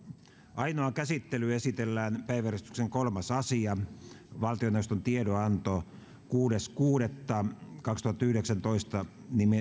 ainoaan käsittelyyn esitellään päiväjärjestyksen kolmas asia valtioneuvoston tiedonanto kuudes kuudetta kaksituhattayhdeksäntoista